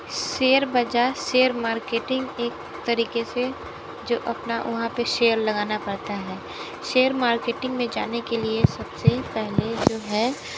share बाज़ार share marketing एक तरीक़े से जो अपना वहाँ पर शेयर लगाना पड़ता है शेयर मार्केटिंग में जाने के लिए सब से पहले जो है